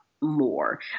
more